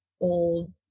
old